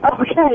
Okay